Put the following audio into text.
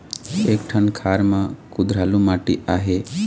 एक ठन खार म कुधरालू माटी आहे?